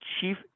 Chief